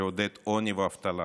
לעודד עוני ואבטלה.